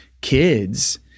kids